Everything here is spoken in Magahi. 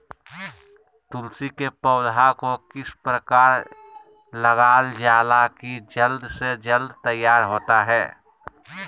तुलसी के पौधा को किस प्रकार लगालजाला की जल्द से तैयार होता है?